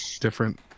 different